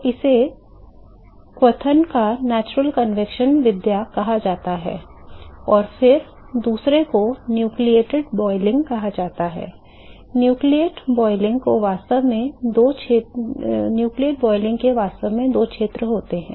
तो इसे क्वथन की प्राकृतिक संवहन विधा कहा जाता है और फिर दूसरे को न्यूक्लियेट क्वथन कहा जाता है न्यूक्लियेट क्वथन के वास्तव में दो क्षेत्र होते हैं